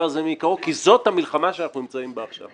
הזה מעיקרו כי זאת המלחמה שאנחנו נמצאים בה עכשיו.